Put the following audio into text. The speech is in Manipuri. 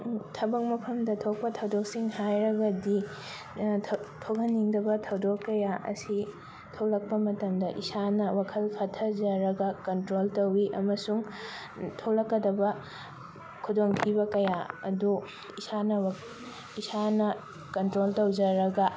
ꯊꯕꯛ ꯃꯐꯝꯗ ꯊꯣꯛꯄ ꯊꯧꯗꯣꯛꯁꯤꯡ ꯍꯥꯏꯔꯒꯗꯤ ꯊꯣꯛꯍꯟꯅꯤꯡꯗꯕ ꯊꯧꯗꯣꯛ ꯀꯌꯥ ꯑꯁꯤ ꯊꯣꯛꯂꯛꯄ ꯃꯇꯝꯗ ꯏꯁꯥꯅ ꯋꯥꯈꯜ ꯐꯥꯊꯖꯔꯒ ꯀꯟꯇ꯭ꯔꯣꯜ ꯇꯧꯋꯤ ꯑꯃꯁꯨꯡ ꯊꯣꯛꯂꯛꯀꯗꯕ ꯈꯨꯗꯣꯡꯊꯤꯕ ꯀꯌꯥ ꯑꯗꯨ ꯏꯁꯥꯅ ꯏꯁꯥꯅ ꯀꯟꯇ꯭ꯔꯣꯜ ꯇꯧꯖꯔꯒ